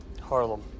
Harlem